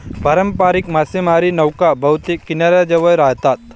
पारंपारिक मासेमारी नौका बहुतेक किनाऱ्याजवळ राहतात